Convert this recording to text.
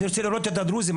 אני רוצה לראות את הדרוזים,